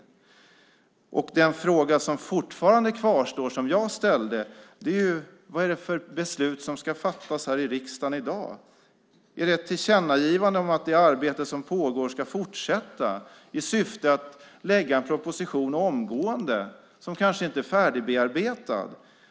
Den fråga jag ställde, och som kvarstår, var vad det är för beslut som ska fattas i riksdagen i dag. Är det ett tillkännagivande om att det arbete som pågår ska fortsätta i syfte att lägga fram en proposition omgående, trots att den kanske inte är färdigbearbetad?